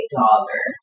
dollar